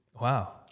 Wow